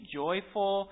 joyful